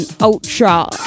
Ultra